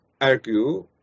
argue